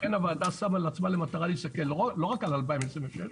לכן הוועדה שמה לעצמה למטרה להסתכל לא רק על 2026,